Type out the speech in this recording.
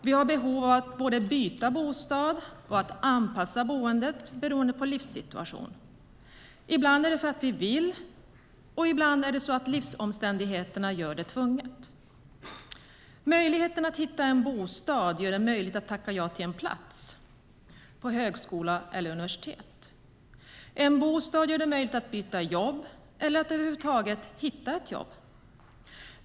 Vi har behov av att både byta bostad och anpassa boendet beroende på livssituationen. Ibland är det för att vi vill, ibland för att livsomständigheterna gör det tvunget. Möjligheten att hitta en bostad gör det möjligt att tacka ja till en plats på högskola eller universitet. En bostad gör det möjligt att byta jobb eller att över huvud taget hitta ett jobb.